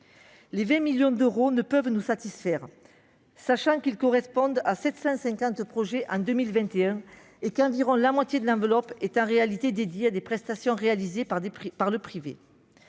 de 20 millions d'euros ne peut nous satisfaire, sachant qu'elle correspond à un total de 750 projets en 2021 et qu'environ la moitié de cette enveloppe est en réalité dédiée à des prestations réalisées par le privé.